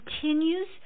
continues